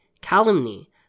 calumny